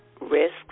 risks